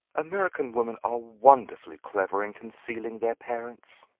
american women are wonderfully clever in concealing their parents.